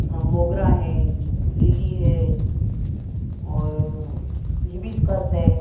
मोगरा है लिली है और हिबिस्कस है